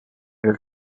del